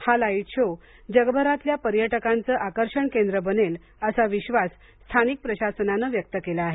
हा light show जगभरातल्या पर्यटकांचं आकर्षक केंद्र बनेल असं विश्वास स्थानिक प्रशासनानं व्यक्त केला आहे